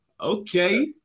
Okay